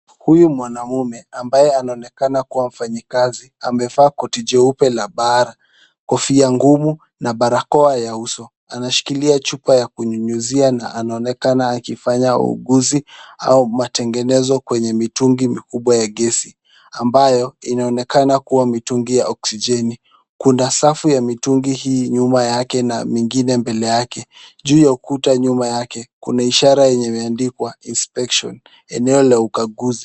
Huyu mwanamume ambaye anaonekana kuwa mfanyakazi, amevaa koti jeupe la bara kofia ngumu na barakoa ya uso. Anashikilia chupa ya kunyunyisia anaonekana akifanya uuguzi au matengenezo kwenye mitungi mikubwa ya gesi, ambayo inaonekana kuwa mitungi ya oksijeni . Kuna safu ya mitungi hii nyuma yake na mingine mbele yake. Juu ya ukuta nyuma yake kuna ishara yenye imeandikwa Inspection eneo la ukaguzi.